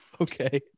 Okay